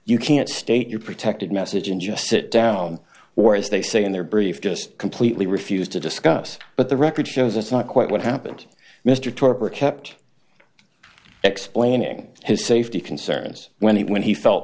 you can't state your protected message and just sit down or as they say in their brief just completely refused to discuss but the record shows it's not quite what happened mr torpor kept explaining his safety concerns when he when he felt